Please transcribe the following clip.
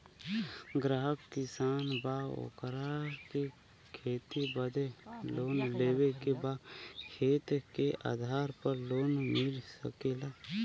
ग्राहक किसान बा ओकरा के खेती बदे लोन लेवे के बा खेत के आधार पर लोन मिल सके ला?